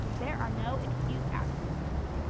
there are no excused absences.